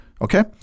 Okay